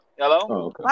Hello